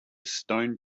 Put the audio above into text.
stone